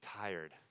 tired